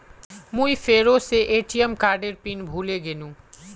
मुई फेरो से ए.टी.एम कार्डेर पिन भूले गेनू